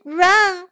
run